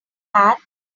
hat